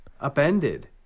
upended